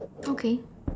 okay